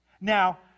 Now